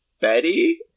Betty